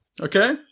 Okay